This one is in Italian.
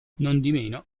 nondimeno